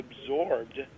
absorbed